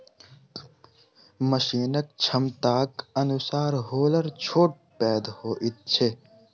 मशीनक क्षमताक अनुसार हौलर छोट पैघ होइत छै